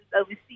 overseas